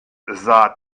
sah